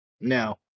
No